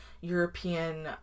European